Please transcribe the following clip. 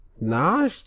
nah